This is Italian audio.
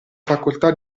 facoltà